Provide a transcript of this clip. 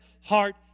heart